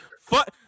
Fuck